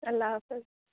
اللہ حافظ